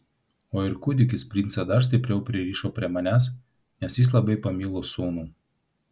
o ir kūdikis princą dar stipriau pririšo prie manęs nes jis labai pamilo sūnų